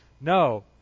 No